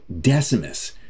Decimus